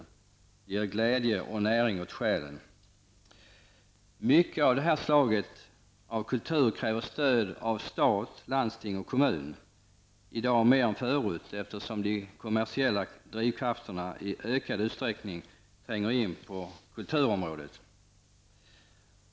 Det ger glädje och näring åt själen. Mycket av det här slaget av kultur kräver stöd av stat, landsting och kommun, i dag mer än förut, eftersom de kommersiella drivkrafterna i ökad utsträckning tränger in på kulturområdet.